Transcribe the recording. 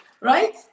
right